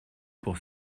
pour